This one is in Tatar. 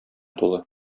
тулы